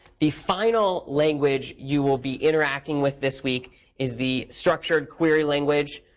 the final language you will be interacting with this week is the structured query language,